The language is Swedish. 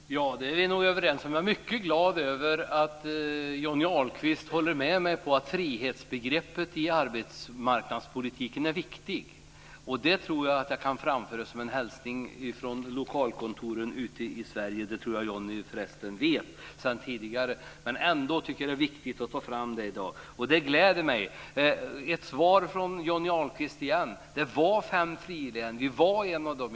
Fru talman! Ja, det är vi överens om. Jag är mycket glad över att Johnny Ahlqvist håller med mig om att frihetsbegreppet i arbetsmarknadspolitiken är viktigt. Det tror jag att jag kan framföra som en hälsning från lokalkontoren i Sverige, trots att Johnny Ahlqvist säkert vet det sedan tidigare. Ännu ett svar från Johnny Ahlqvist: Det var fem frilän och Värmland var ett av dem.